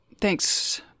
Thanks